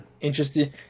Interesting